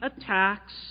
attacks